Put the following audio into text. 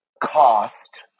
cost